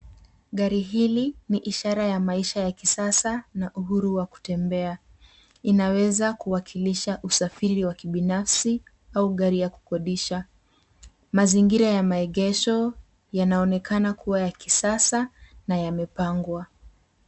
Gari hili ni ishara ya maisha ya kisasa na uhuru wa kutembea. Inaweza kuwakilisha usafiri wa kibinafsi au gari ya kukodisha. Mazingira ya maegesho yanaonekana kuwa ya kisasa na yamepangwa.